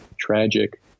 Tragic